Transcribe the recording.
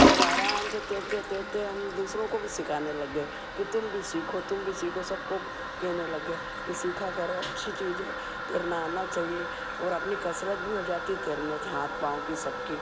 और आराम से तैरते तैरते हम दूसरों को भी सिखाने लग गए कि तुम भी सीखो तुम भी सीखो सबको कहने लग गए कि सीखा करो अच्छी चीज है तैरना आना चाहिए और अपनी कसरत भी हो जाती है तैरने से हाथ पाँव की सबकी